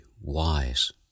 wise